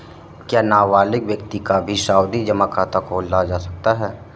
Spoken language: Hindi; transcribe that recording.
क्या नाबालिग व्यक्ति का भी सावधि जमा खाता खोला जा सकता है?